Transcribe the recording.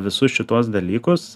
visus šituos dalykus